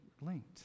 linked